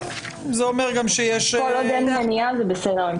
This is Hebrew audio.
ואני לא יודע אם זה נמצא בפניכם.